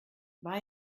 war